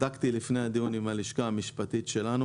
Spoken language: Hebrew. לפני הדיון בדקתי עם הלשכה המשפטית שלנו